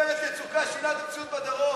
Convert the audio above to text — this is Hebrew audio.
"עופרת יצוקה" שינה את המציאות בדרום,